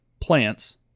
Plants